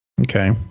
Okay